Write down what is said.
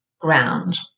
Ground